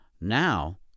Now